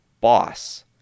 boss